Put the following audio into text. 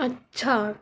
अच्छा